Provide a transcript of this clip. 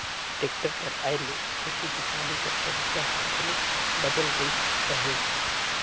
tractor कर आए ले खेती किसानी कर तरीका हर घलो बदेल गइस अहे